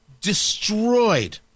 destroyed